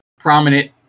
prominent